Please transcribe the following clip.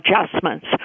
adjustments